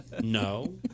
no